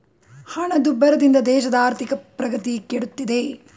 ಹಣದುಬ್ಬರದಿಂದ ದೇಶದ ಆರ್ಥಿಕ ಪ್ರಗತಿ ಕೆಡುತ್ತಿದೆ